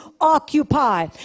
occupy